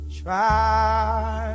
try